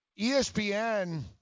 ESPN